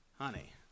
honey